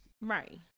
right